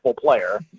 player